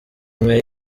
umwe